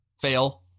Fail